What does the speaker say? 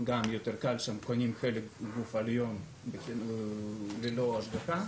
- גם יותר קל שם, קונים חלק גוף עליון ללא השגחה.